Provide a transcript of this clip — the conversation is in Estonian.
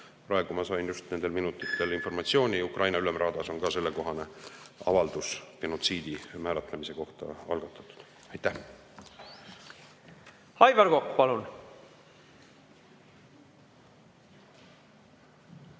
Praegu ma sain, just nendel minutitel, informatsiooni, et Ukraina Ülemraadas on ka sellekohane avaldus genotsiidi määratlemise kohta algatatud. Aitäh!